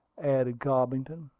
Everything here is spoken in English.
added cobbington.